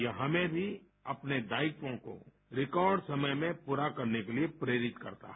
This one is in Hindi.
यह हमें भी अपने दायित्वों को रिकॉर्ड समय में पूरा करने के लिए प्रेरित करता है